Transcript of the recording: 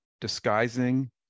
disguising